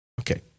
Okay